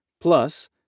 Plus